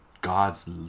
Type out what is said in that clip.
God's